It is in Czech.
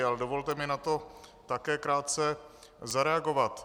Ale dovolte mi na to také krátce zareagovat.